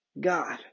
God